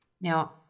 Now